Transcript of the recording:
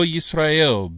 Yisrael